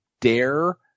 dare